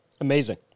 Amazing